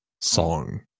song